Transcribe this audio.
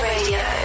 Radio